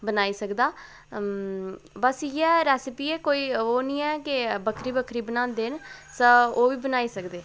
बनाई सकदा बस इ'यै रैसिपी ऐ कोई ओह् निं ऐ कि बक्खरी बक्खरी बनांदे न अस ओह् बी बनाई सकदे